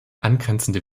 angrenzende